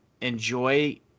enjoy